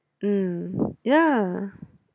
mm yeah